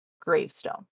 gravestone